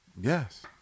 Yes